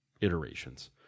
iterations